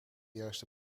juiste